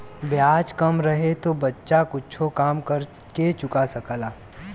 ब्याज कम रहे तो बच्चा कुच्छो काम कर के चुका सकला